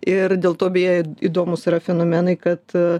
ir dėl to beje įdomūs yra fenomenai kad